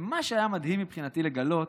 ומה שהיה מדהים מבחינתי לגלות